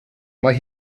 mae